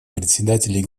председателей